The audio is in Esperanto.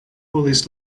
volis